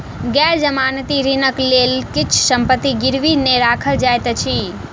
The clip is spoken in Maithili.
गैर जमानती ऋणक लेल किछ संपत्ति गिरवी नै राखल जाइत अछि